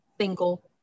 single